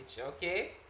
okay